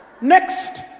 Next